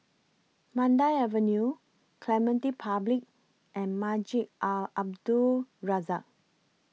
Mandai Avenue Clementi Public and Masjid Al Abdul Razak